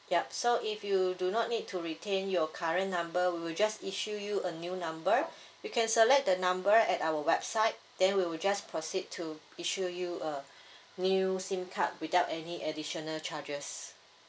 yup so if you do not need to retain your current number we will just issue you a new number you can select the number at our website then we'll just proceed to issue you a new SIM card without any additional charges